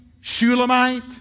Shulamite